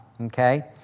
Okay